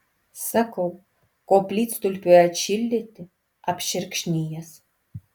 sakau koplytstulpiui atšildyti apšerkšnijęs